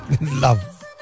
Love